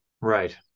Right